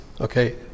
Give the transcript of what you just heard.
okay